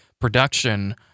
production